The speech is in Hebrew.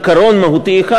עיקרון מהותי אחד,